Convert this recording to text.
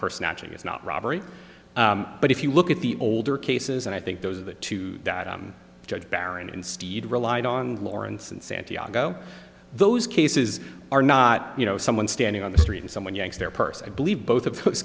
actually it's not robbery but if you look at the older cases and i think those are the two that i'm judge baron in stede relied on lawrence and santiago those cases are not you know someone standing on the street and someone yanks their purse i believe both of those